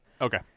Okay